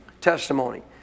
testimony